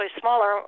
smaller